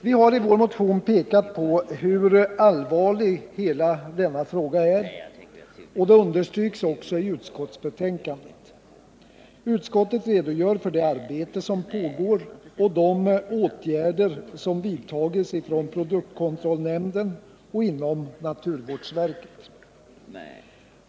Vi har i vår motion pekat på hur allvarlig denna fråga är, och det understryks också i utskottsbetänkandet. Utskottet redogör för det arbete som pågår och de åtgärder som vidtagits av produktkontrollnämnden och naturvårdsverket.